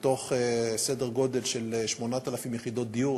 שבתוך סדר גודל של 8,000 יחידות דיור